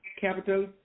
Capital